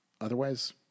Otherwise